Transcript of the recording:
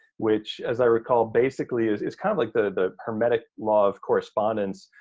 which, as i recall, basically is is kind of like the hermetic law of correspondence.